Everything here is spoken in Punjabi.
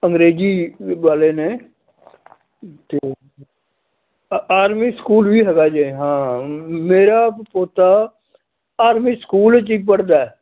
ਅੰਗਰੇਜ਼ੀ ਵਾਲੇ ਨੇ ਅਤੇ ਅ ਆਰਮੀ ਸਕੂਲ ਵੀ ਹੈਗਾ ਜੀ ਹਾਂ ਮੇਰਾ ਪੋਤਾ ਆਰਮੀ ਸਕੂਲ 'ਚ ਹੀ ਪੜ੍ਹਦਾ